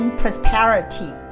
prosperity